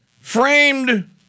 framed